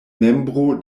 membro